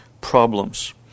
problems